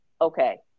okay